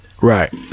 right